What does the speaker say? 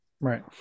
Right